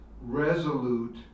resolute